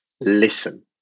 listen